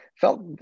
felt